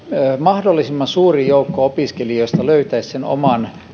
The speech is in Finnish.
mahdollisimman suuri joukko opiskelijoista löytäisi oman